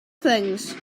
things